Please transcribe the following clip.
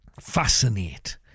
fascinate